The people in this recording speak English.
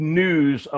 news